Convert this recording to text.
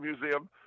museum